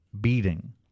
Beating